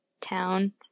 town